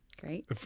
great